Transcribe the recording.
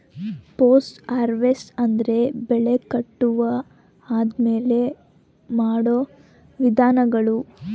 post harvest ಅಂದ್ರೆ ಬೆಳೆ ಕಟಾವು ಆದ್ಮೇಲೆ ಮಾಡೋ ವಿಧಾನಗಳು